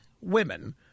women